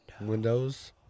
Windows